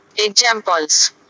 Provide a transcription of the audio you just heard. examples